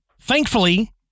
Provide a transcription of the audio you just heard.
thankfully